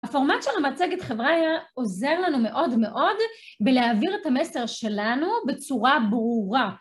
הפורמט של המצגת חברה עוזר לנו מאוד מאוד בלהעביר את המסר שלנו בצורה ברורה.